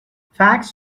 facts